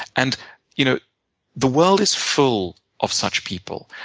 and you know the world is full of such people,